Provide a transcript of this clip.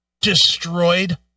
destroyed